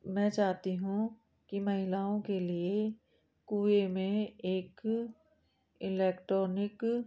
मैं चाहती हूँ कि महिलाओं के लिए कुएँ में एक इलेक्ट्रॉनिक